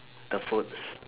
the food